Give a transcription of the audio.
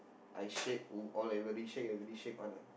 I shake !woo! all everybody shake everybody shake one ah